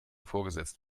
vorgesetzt